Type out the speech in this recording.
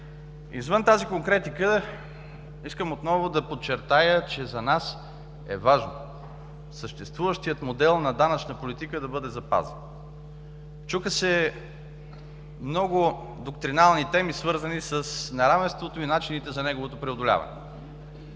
Извън тази конкретика искам отново да подчертая, че за нас е важно съществуващият модел на данъчна политика да бъде запазен. Чуха се много доктринални теми, свързани с неравенството и начините за неговото преодоляване.